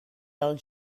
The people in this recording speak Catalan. als